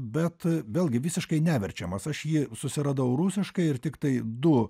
bet vėlgi visiškai neverčiamas aš jį susiradau rusiškai ir tiktai du